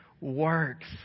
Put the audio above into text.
works